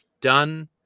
done